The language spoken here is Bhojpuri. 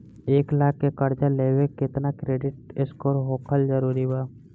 एक लाख के कर्जा लेवेला केतना क्रेडिट स्कोर होखल् जरूरी बा?